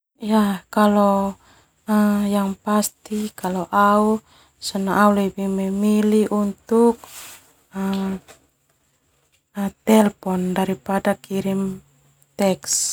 Yah yang pasti kalo au sona au lebih memilih untuk telpon daripada kirim teks.